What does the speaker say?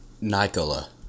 Nikola